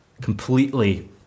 completely